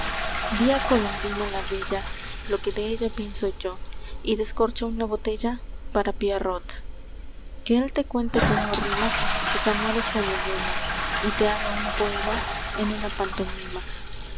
a colombina la bella lo que de ella pienso yo y descorcha una botella para pierrot que él te cuente cómo rima sus amores con la luna y te haga un poema en una pantomima